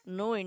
no